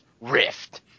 Rift